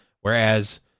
Whereas